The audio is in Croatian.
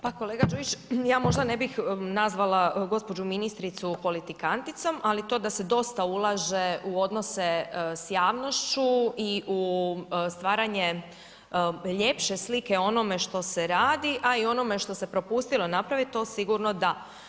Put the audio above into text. Pa kolega Đujić, ja možda ne bih nazvala gospođu ministricu politikanticom, ali to da se dosta ulaže u odnose s javnošću i u stvaranje ljepše slike o onome što se radi, a i o onome što se propustilo napraviti to sigurno da.